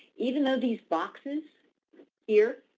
even though these boxes here,